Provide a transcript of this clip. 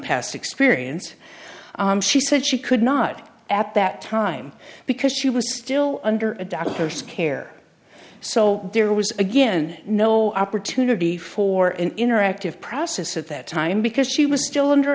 past experience she said she could not at that time because she was still under a doctor's care so there was again no opportunity for an interactive process at that time because she was still under